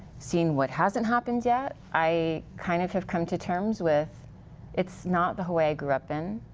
seeing what hasn't happened yet, i kind of have come to terms with it's not the hawai'i i grew up in.